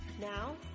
Now